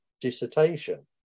dissertation